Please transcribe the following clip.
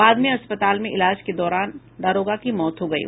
बाद में अस्पताल में इलाज के दौरान दारोगा की मौत हो गयी